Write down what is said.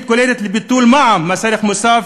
תוכנית כוללת לביטול מע"מ, מס ערך מוסף,